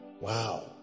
Wow